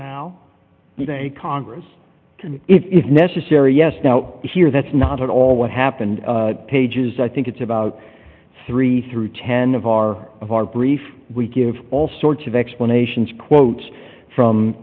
in congress if necessary yes now here that's not at all what happened pages i think it's about three through ten of our of our brief we give all sorts of explanations quotes from